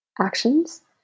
actions